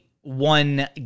one